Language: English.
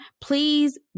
please